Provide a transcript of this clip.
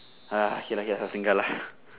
ah okay okay lah four finger lah